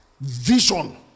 vision